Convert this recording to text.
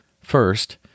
First